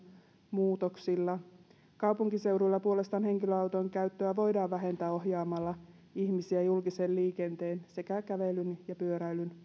muutoksilla kaupunkiseuduilla puolestaan henkilöauton käyttöä voidaan vähentää ohjaamalla ihmisiä julkisen liikenteen sekä kävelyn ja pyöräilyn